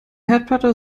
herdplatte